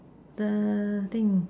the thing